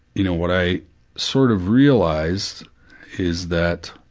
you know, what i sort of realized is that.